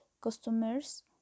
customers